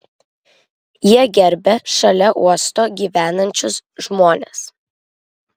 jie gerbia šalia uosto gyvenančius žmones